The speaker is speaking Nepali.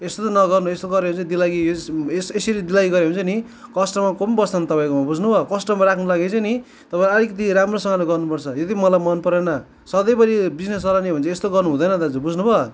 यस्तो चाहिँ नगर्नु यस्तो गरेर चाहिँ दिल्लगी एस यसरी दिल्लगी गऱ्यो भने चाहिँ नि कस्टमर कोही पनि बस्दैन तपाईँकोमा बुझ्नुभयो कस्टमर राख्नुको लागि चाहिँ नि तपाईँलाई आलिकति राम्रोसँगले गर्नुपर्छ यदि मलाई मन परेन सँधैभरि बिजिनेस चलाउने हो भने चाहिँ यस्तो गर्नु हुँदैन दाजु बुझ्नुभयो